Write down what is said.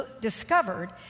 discovered